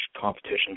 competition